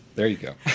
there you go!